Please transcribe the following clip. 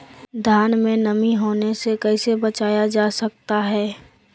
धान में नमी होने से कैसे बचाया जा सकता है?